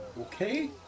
Okay